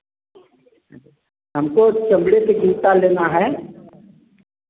हमको चमड़े के जूता लेना हैं